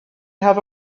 have